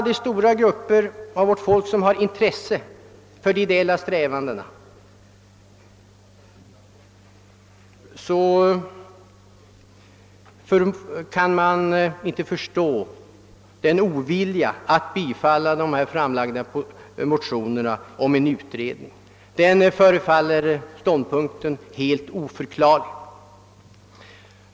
De stora grupper av vårt folk som har intresse för de ideella strävandena kan inte förstå oviljan att bifalla yrkandena om en utredning — den ståndpunkten förefaller dem helt oförklarlig.